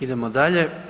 Idemo dalje.